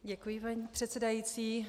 Děkuji, paní předsedající.